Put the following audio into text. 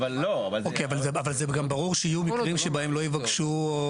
אוקיי, אבל זה ברור שגם יהיו מקרים שבהם לא יבקשו.